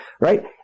right